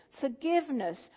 forgiveness